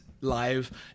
live